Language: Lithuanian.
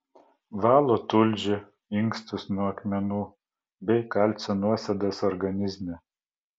valo tulžį inkstus nuo akmenų bei kalcio nuosėdas organizme